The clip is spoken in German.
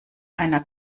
einer